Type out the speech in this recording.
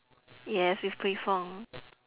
yes with pui fong